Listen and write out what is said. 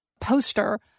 poster